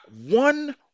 one